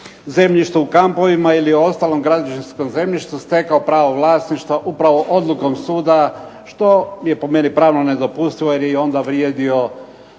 zemljištu u kampovima ili ostalom građevinskom zemljištu, stekao pravo vlasništva upravo odlukom suda. Što je po meni pravno nedopustivo jer je i onda vrijedio